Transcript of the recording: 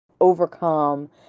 overcome